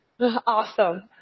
Awesome